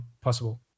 possible